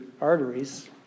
arteries